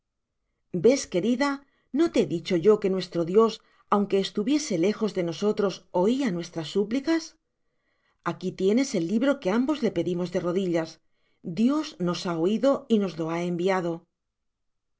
ves querida mia no te he dicho yo que nuestro dios aunque estuviese lejos de nosotros oia nuestras súplicas aqui tienes el libro que ambos le pedimos de rodillas dios nos ha oido y nos lo i ha enviado